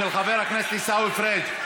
של חבר הכנסת עיסאווי פריג'.